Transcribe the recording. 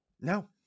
No